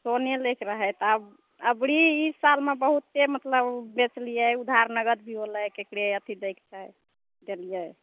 सोने लै के रहै तऽ आब अबरी ई साल मे बहुते मतलब बेचलियै ऊधार नगद भी होलै केकरे अथी दै के रहै देलियै